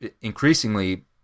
increasingly